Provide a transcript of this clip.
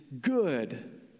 good